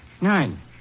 Nine